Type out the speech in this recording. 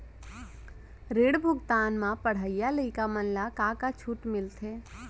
ऋण भुगतान म पढ़इया लइका मन ला का का छूट मिलथे?